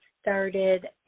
started